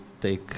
take